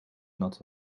not